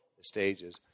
stages